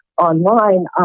online